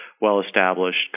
well-established